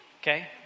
okay